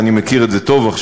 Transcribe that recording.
אני מכיר את זה טוב עכשיו,